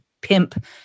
pimp